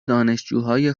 دانشجوهای